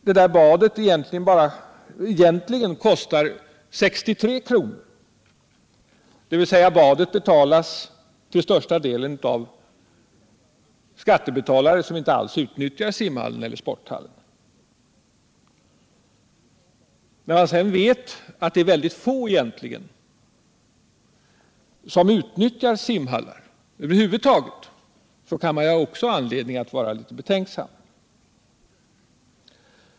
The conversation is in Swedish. Det där badet kostar egentligen 63 kr., dvs. badet betalas till största delen av skattebetalare som inte alls utnyttjar simhallen eller sporthallen. När man sedan vet att det egentligen bara är ett fåtal som över huvud taget utnyttjar simhallen, kan man ju också ha anledning att vara litet betänksam.